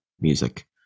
music